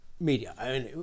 media